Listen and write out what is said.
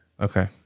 Okay